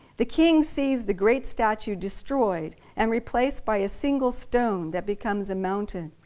the king sees the great statue destroyed and replaced by a single stone that becomes a mountain.